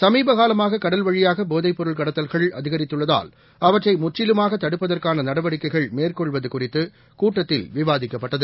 சமீப காலமாக கடல்வழியாக போதைப் பொருள் கடத்தல்கள் அதிகரித்துள்ளதால் அவற்றை முற்றிலுமாக தடுப்பதற்கான நடவடிக்கைகள் மேற்கொள்வது குறித்து கூட்டத்தில் விவாதிக்கப்பட்டது